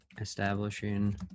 establishing